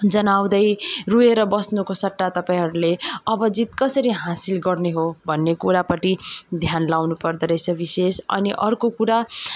जनाउदै रोएर बस्नुको सट्टा तपाईँहरूले अब जित कसरी हासिल गर्ने हो भन्ने कुरापट्टि ध्यान लगाउनु पर्दोरहेछ विशेष अनि अर्को कुरा